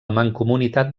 mancomunitat